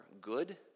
good